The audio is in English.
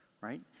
right